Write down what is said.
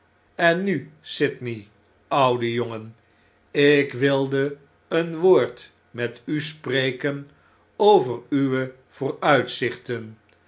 en nu sydney oude jongen ik wilde een woord met u spreken over uwe